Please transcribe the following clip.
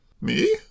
Me